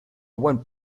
went